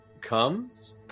comes